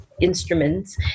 instruments